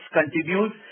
continues